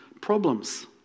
problems